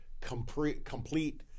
complete